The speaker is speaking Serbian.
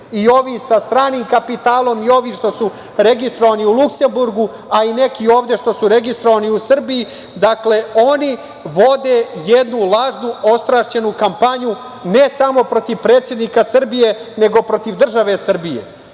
i ovi sa stranim kapitalom i ovi što su registrovani u Luksemburgu, a i neki ovde što su registrovani u Srbiji… Dakle, oni vode jednu lažnu ostrašćenu kampanju, ne samo protiv predsednika Srbija, nego protiv države Srbije.